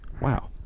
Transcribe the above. wow